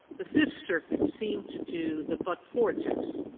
the fifth circuit seemed to do the but-for test.